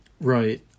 Right